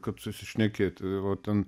kad susišnekėti o ten